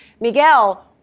Miguel